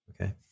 Okay